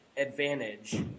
advantage